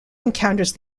encounters